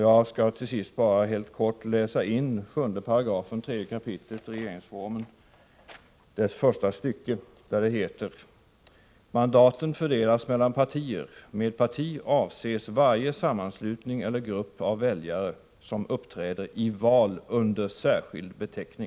Jag skall läsa 3 kap. 7§ första stycket i regeringsformen: